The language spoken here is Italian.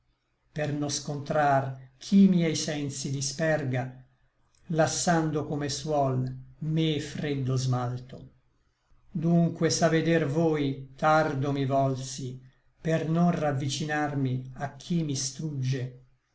per no scontrar ch miei sensi disperga lassando come suol me freddo smalto dunque s'a veder voi tardo mi volsi per non ravvicinarmi a chi mi strugge